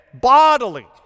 bodily